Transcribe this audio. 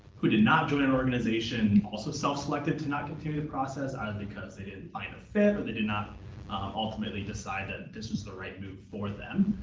who did not join an organization also self-selected to not continue the process either because they didn't find a fit or they did not ultimately decide that this was the right move for them.